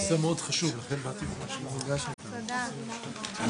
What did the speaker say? הישיבה ננעלה בשעה 15:03.